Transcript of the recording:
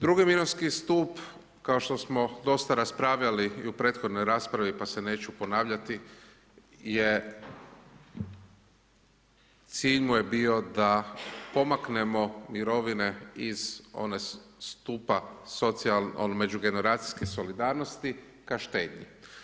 Drugi mirovinski stup, kao što smo dosta raspravljali i u prethodnoj raspravi pa se neću ponavljati, je cilj mu je bio da pomaknemo mirovine iz onog stupa međugeneracijske solidarnosti ka štednji.